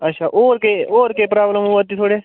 अच्छा होर केह् होर केह् प्राब्लम होआ'रदी थुआढ़े